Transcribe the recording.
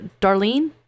Darlene